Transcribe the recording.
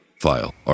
file